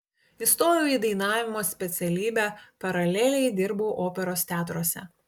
įstojau į dainavimo specialybę paraleliai dirbau operos teatruose